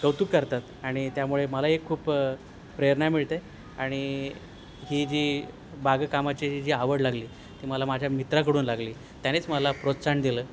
कौतुक करतात आणि त्यामुळे मला एक खूप प्रेरणा मिळते आणि ही जी बागकामाची जी आवड लागली ती मला माझ्या मित्राकडून लागली त्यानेच मला प्रोत्साहन दिलं